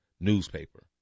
newspaper